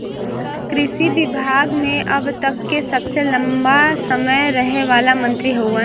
कृषि विभाग मे अब तक के सबसे लंबा समय रहे वाला मंत्री हउवन